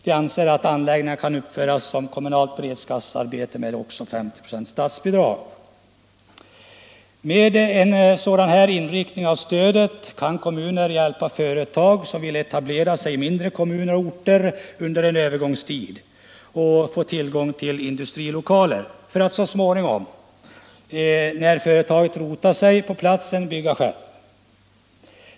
De anser att anläggningarna kan uppföras som kommunala beredskapsarbeten med 50 96 statsbidrag. Med en sådan inriktning av stödet kan kommuner hjälpa företag som vill etablera sig i mindre kommuner och orter. Under en övergångstid får företaget tillgång till industrilokaler för att så småningom, när det rotat sig på platsen, bygga själv.